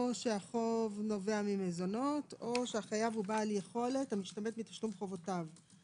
החוב נובע ממזונות או החייב הוא בעל יכולת המשתמט מתשלום חובותיו.